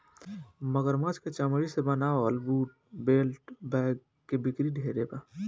मगरमच्छ के चमरी से बनावल बूट, बेल्ट, बैग के बिक्री ढेरे बा